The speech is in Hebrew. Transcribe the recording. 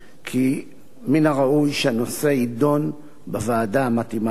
כי מן הראוי שהנושא יידון בוועדה המתאימה בכנסת.